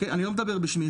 אני לא מדבר בשמי,